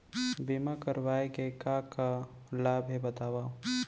बीमा करवाय के का का लाभ हे बतावव?